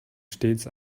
stets